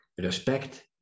respect